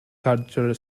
cultural